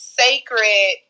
sacred